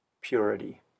purity